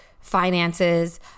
finances